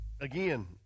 Again